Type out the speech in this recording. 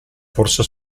forse